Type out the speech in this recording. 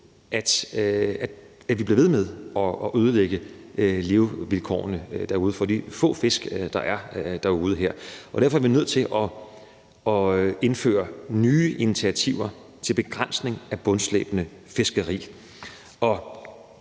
at vi bliver ved med at ødelægge levevilkårene derude for de få fisk, der er derude. Derfor er vi nødt til at indføre nye initiativer til begrænsning af bundslæbende fiskeri.